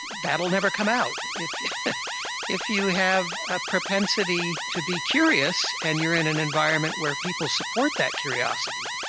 that'll never come out. if if you have a propensity to be curious and you're in an environment where people support that curiosity,